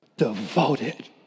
devoted